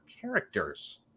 characters